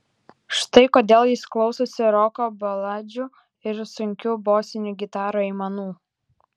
štai kodėl jis klausosi roko baladžių ir sunkių bosinių gitarų aimanų